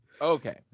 Okay